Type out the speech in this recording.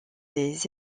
les